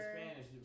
Spanish